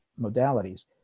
modalities